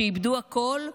שאיבדו הכול,